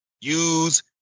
use